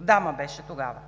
дама беше тогава?